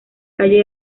calle